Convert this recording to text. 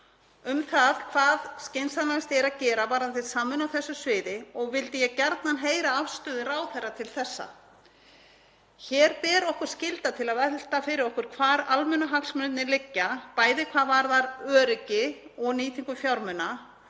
um það hvað skynsamlegast er að gera varðandi samvinnu á þessu sviði og vildi ég gjarnan heyra afstöðu ráðherra til þessa. Hér ber okkur skylda til að velta fyrir okkur hvar almannahagsmunirnir liggja, bæði hvað varðar öryggi og nýtingu fjármuna.